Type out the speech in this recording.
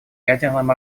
ядерном